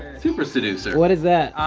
super seducer. what is that?